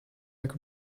like